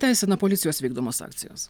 teisina policijos vykdomos akcijos